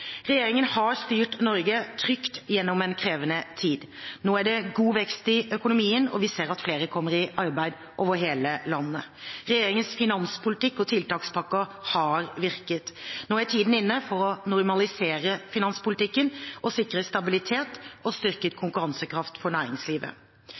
Regjeringen har styrt Norge trygt gjennom en krevende tid. Nå er det god vekst i økonomien, og vi ser at flere kommer i arbeid over hele landet. Regjeringens finanspolitikk og tiltakspakker har virket. Nå er tiden inne for å normalisere finanspolitikken og sikre stabilitet og styrket